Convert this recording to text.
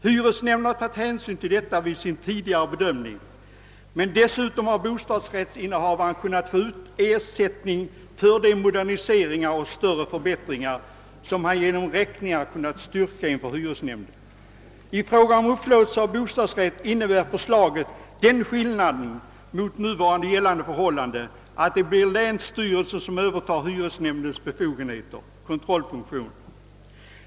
Hyresnämnden har tagit hänsyn till detta vid sin tidigare bedömning, men dessutom har bostadsrättsinnehavaren kunnat få ut ersättning för de moderniseringar och större förbättringar, som han genom räkningar kunnat styrka inför hyresnämnden. I fråga om upplåtelse av bostadsrätt innebär förslaget den skillnaden mot nu gällande förhållande, att det blir länsstyrelsen som övertar hyresnämndens kontrollfunktioner.